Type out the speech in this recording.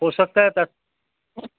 ہوسکتا ہے تَتھ